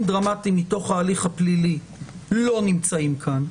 דרמטיים מתוך ההליך הפלילי לא נמצאים כאן,